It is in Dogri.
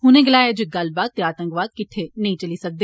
उने गलाया जे गल्लबात ते आतंकवाद किट्ठे नेई चली सकदे